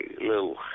little